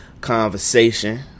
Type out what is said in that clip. conversation